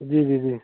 जी जी जी